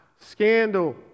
scandal